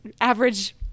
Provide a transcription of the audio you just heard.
average